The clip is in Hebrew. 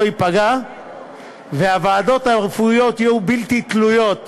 ייפגע והוועדות הרפואיות יהיו בלתי תלויות